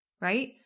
right